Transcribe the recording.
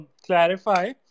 clarify